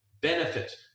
benefit